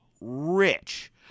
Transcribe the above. rich